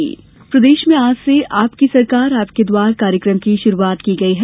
आपकी सरकार आपके द्वार प्रदेश में आज से आपकी सरकार आपके द्वार कार्यक्रम की शुरूआत की गई है